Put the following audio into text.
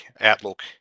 outlook